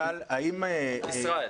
ישראל,